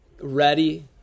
ready